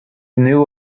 knew